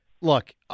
Look